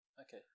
Okay